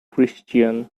christian